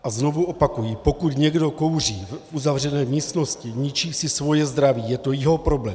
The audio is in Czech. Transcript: A znovu opakuji, pokud někdo kouří v uzavřené místnosti, ničí si svoje zdraví, je to jeho problém.